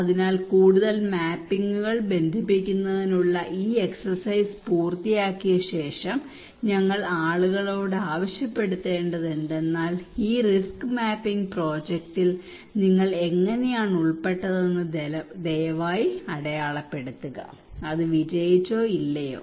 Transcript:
അതിനാൽ കൂടുതൽ മാപ്പിംഗുകൾ ബന്ധിപ്പിക്കുന്നതിനുള്ള ഈ എക്സർസൈസ് പൂർത്തിയാക്കിയ ശേഷം ഞങ്ങൾ ആളുകളോട് ആവശ്യപ്പെടുത്തേണ്ടത് എന്തെന്നാൽ ഈ റിസ്ക് മാപ്പിംഗ് പ്രോജക്റ്റിൽ നിങ്ങൾ എങ്ങനെയാണ് ഉൾപ്പെട്ടതെന്ന് ദയവായി അടയാളപ്പെടുത്തുക അത് വിജയിച്ചോ ഇല്ലയോ